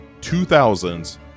2000's